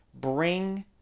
Bring